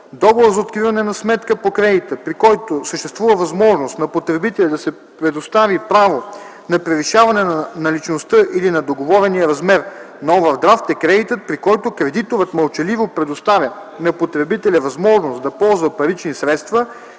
„Договор за откриване на сметка по кредита, при който съществува възможност на потребителя да се предостави право на превишаване на наличността или на договорения размер на овърдрафт” е кредитът, при който кредиторът мълчаливо предоставя на потребителя възможност да ползва парични средства,